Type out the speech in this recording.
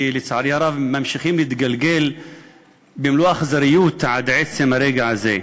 ולצערי הרב ממשיכים להתגלגל במלוא האכזריות עד עצם הרגע הזה.